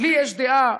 לי יש דעה.